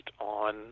on